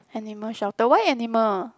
animal shelter why animal